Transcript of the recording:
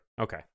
Okay